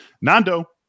Nando